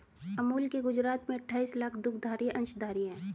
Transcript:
अमूल के गुजरात में अठाईस लाख दुग्धधारी अंशधारी है